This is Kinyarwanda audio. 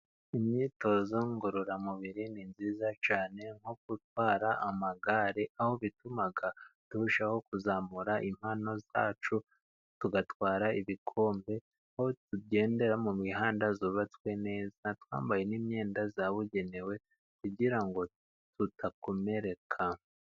Imyitozo ngororamubiri ni myiza cyane， nko gutwara amagare， aho bituma turushaho kuzamura impano zacu，tugatwara ibikombe， aho tugendera mu mihanda yubatswe neza， twambaye n'imyenda yabugenewe， kugira ngo tudakomereka.